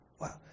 wow